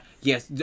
Yes